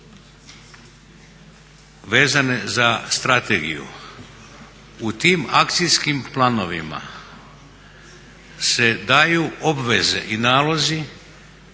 vezane za strategiju. U tim akcijskim planovima se daju obveze i nalozi